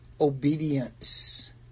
Obedience